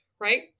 right